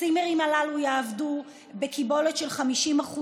הצימרים הללו יעבדו בקיבולת של 50%